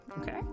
okay